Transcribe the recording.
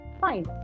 Fine